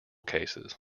cases